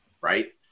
right